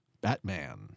Batman